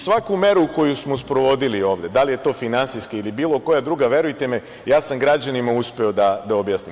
Svaku meru koju smo sprovodili ovde, da li je to finansijska ili bilo koja druga, verujte mi da sam ja građanima uspeo da objasnim.